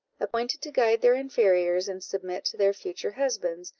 appointed to guide their inferiors, and submit to their future husbands,